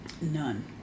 None